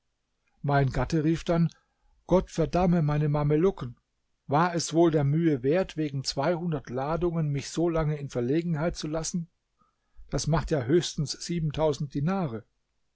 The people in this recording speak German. mein gatte rief dann gott verdamme meine mamelucken war es wohl der mühe wert wegen zweihundert ladungen mich so lange in verlegenheit zu lassen das macht ja höchstens siebentausend dinare